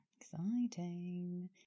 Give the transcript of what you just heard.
exciting